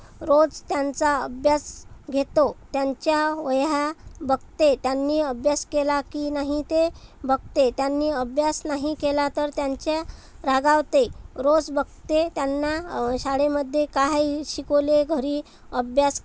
रोज त्यांचा अभ्यास घेतो त्यांच्या वह्या बघते त्यांनी अभ्यास केला की नाही ते बघते त्यांनी अभ्यास नाही केला तर त्यांच्या रागावते रोज बघते त्यांना शाळेमध्ये काही शिकवले घरी अभ्यास